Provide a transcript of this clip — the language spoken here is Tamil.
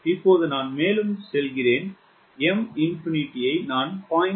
இப்போது நான் மேலும் செல்கிறேன் M∞ நான் 0